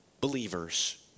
believers